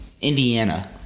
Indiana